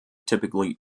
typically